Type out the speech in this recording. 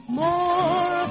more